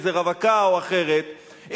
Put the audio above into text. איזו רווקה או אחרת,